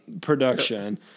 production